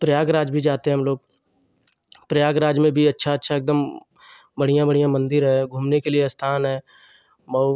प्रयागराज भी जाते हम लोग प्रयागराज में भी अच्छा अच्छा एकदम बढ़िया बढ़िया मंदिर है घूमने के लिए स्थान है मऊ